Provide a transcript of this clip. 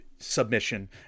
Submission